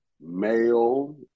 male